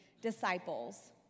disciples